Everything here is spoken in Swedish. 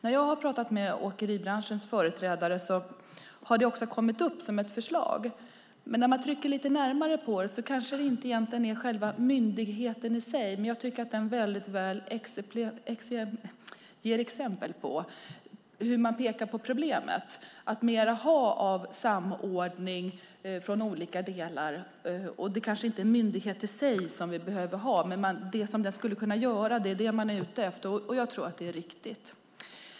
När jag har pratat med åkeribranschens företrädare har det också kommit upp som ett förslag. Egentligen kanske det inte handlar om myndigheten i sig, men jag tycker att det är ett gott exempel på hur man kan ta tag i problemet genom att ha mer samordning från olika delar. Det kanske inte är en myndighet i sig som vi behöver ha utan mer det som den skulle kunna göra. Det är det som man är ute efter, och jag tror att det är riktigt.